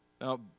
Now